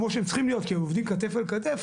כמו שהם צריכים להיות כי הם עובדים כתף אל כתף,